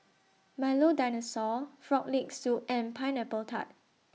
Milo Dinosaur Frog Leg Soup and Pineapple Tart